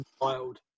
wild